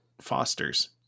fosters